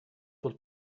bod